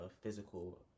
physical